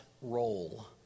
role